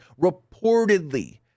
reportedly